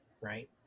right